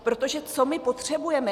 Protože, co my potřebujeme?